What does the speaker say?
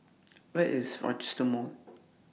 Where IS Rochester Mall